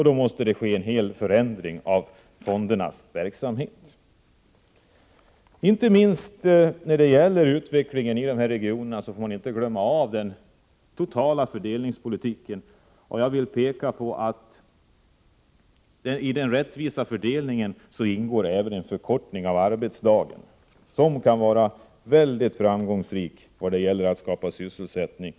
Då måste det ske en fullständig förändring av fondernas verksamhet. När det gäller utvecklingen i denna region får man inte glömma den totala fördelningspolitiken. Jag vill peka på att i den rättvisa fördelningen ingår även en förkortning av arbetsdagen, som kan vara mycket framgångsrik när det gäller att skapa sysselsättning.